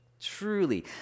truly